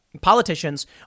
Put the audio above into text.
politicians